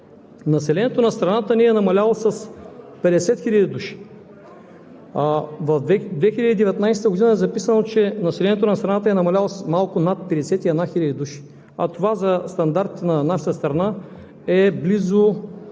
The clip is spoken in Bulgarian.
населението на страната ни е намаляло с 50 хил. души. През 2019 г. е записано, че населението на страната е намаляло с малко над 51 хил. души, а това за стандартите на нашата страна е близо